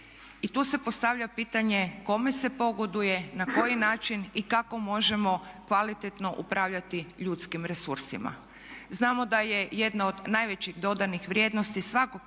I tu se postavlja pitanje kome se pogoduje, na koji način i kako možemo kvalitetno upravljati ljudskim resursima. Znamo da je jedna od najvećih dodanih vrijednosti svakog